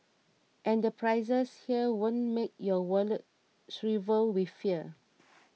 and the prices here won't make your wallet shrivel with fear